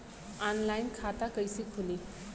Online खाता कइसे खुली?